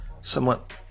somewhat